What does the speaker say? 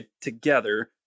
together